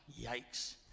yikes